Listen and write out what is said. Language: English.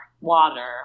water